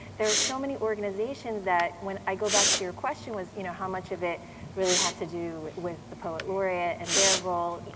there are so many organizations that when i go back to your question was you know how much of it really has to do with the poet laureate and their role,